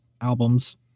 albums